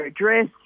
address